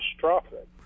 catastrophic